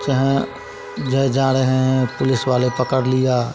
चाहें जहे जा रहे हैं पुलिस वाले पकड़ लिया